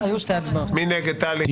מי נמנע?